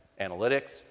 analytics